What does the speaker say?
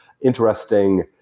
interesting